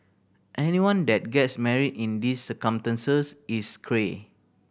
anyone that gets married in these circumstances is cray